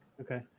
Okay